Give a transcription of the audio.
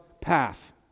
path